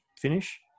finish